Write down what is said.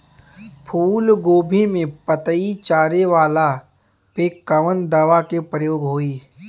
फूलगोभी के पतई चारे वाला पे कवन दवा के प्रयोग होई?